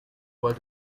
loi